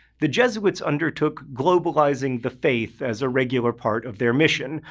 the jesuits undertook globalizing the faith as a regular part of their mission.